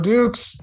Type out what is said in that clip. Dukes